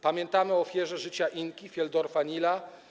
Pamiętamy o ofierze życia „Inki”, Fieldorfa „Nila”